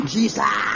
Jesus